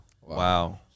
Wow